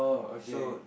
so